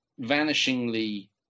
vanishingly